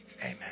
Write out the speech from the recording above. amen